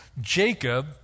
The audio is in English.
Jacob